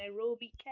Nairobi